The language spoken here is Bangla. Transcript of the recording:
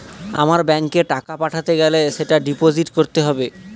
আমার ব্যাঙ্কে টাকা পাঠাতে গেলে সেটা ডিপোজিট করতে হবে